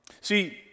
See